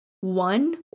one